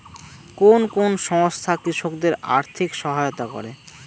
কোন কোন সংস্থা কৃষকদের আর্থিক সহায়তা করে?